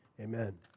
Amen